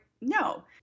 No